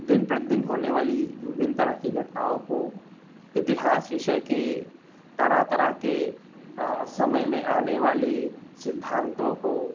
दिन प्रतिदिन होने वाली विभिन तरह की घटनाओं को इतिहास विषय के तरह तरह के समय में आने वाले सिद्धान्तों को